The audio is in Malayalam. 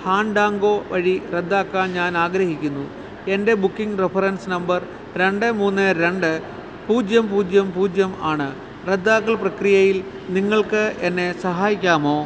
ഫാൻഡാങ്കോ വഴി റദ്ദാക്കാൻ ഞാൻ ആഗ്രഹിക്കുന്നു എൻ്റെ ബുക്കിംഗ് റഫറൻസ് നമ്പർ രണ്ട് മൂന്ന് രണ്ട് പൂജ്യം പൂജ്യം പൂജ്യം ആണ് റദ്ദാക്കൽ പ്രക്രിയയിൽ നിങ്ങൾക്ക് എന്നെ സഹായിക്കാമോ